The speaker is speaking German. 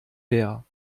leer